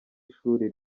ishuri